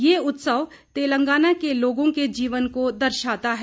यह उत्सव तेलंगाना के लोगों के जीवन को दर्शाता है